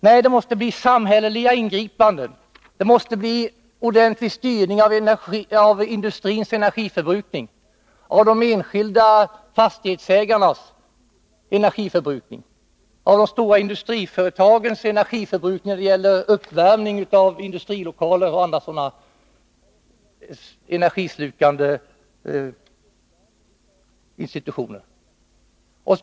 Nej, det måste göras samhälleliga ingripanden och det måste bli en ordentlig styrning av industrins energiförbrukning när det gäller uppvärmning av industrilokaler och andra energislukande institutioner, och det måste även bli en styrning av de enskilda fastighetsägarnas energiförbrukning.